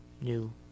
new